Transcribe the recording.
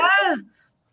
Yes